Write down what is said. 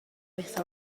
wyth